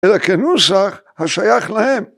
‫אלא כנוסח השייך להם.